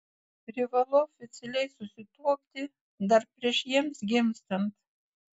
privalu oficialiai susituokti dar prieš jiems gimstant